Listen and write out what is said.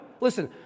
Listen